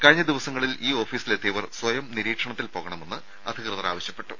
കഴിഞ്ഞ ദിവസങ്ങളിൽ ഇൌ ഓഫീസിലെത്തിയവർ സ്വയം നിരീക്ഷണത്തിൽ പോകണമെന്ന് അധിക്വതർ ആവശ്യപ്പെട്ടു